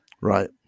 right